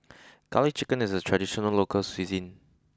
garlic chicken is a traditional local cuisine